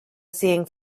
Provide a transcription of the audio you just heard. seeing